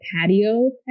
patio